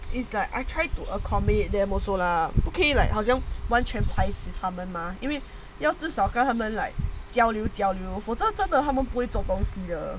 is like I tried to accommodate them also lah 不可以 like 好像完全排斥他们 mah 因为要至少让他们 like 交流交流讲真的他们不会做东西的